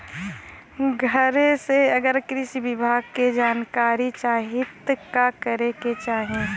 घरे से अगर कृषि विभाग के जानकारी चाहीत का करे के चाही?